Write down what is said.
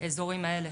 באזורים האלה.